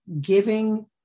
giving